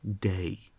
day